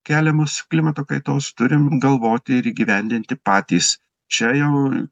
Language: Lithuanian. keliamus klimato kaitos turim galvoti ir įgyvendinti patys čia jau